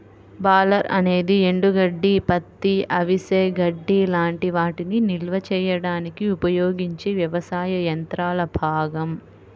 baler అనేది ఎండుగడ్డి, పత్తి, అవిసె గడ్డి లాంటి వాటిని నిల్వ చేయడానికి ఉపయోగించే వ్యవసాయ యంత్రాల భాగం